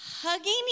hugging